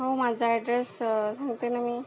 हो माझा ॲड्रेस सांगते नं मी